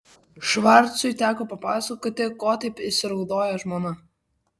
švarcui teko papasakoti ko taip įsiraudojo žmona